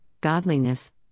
godliness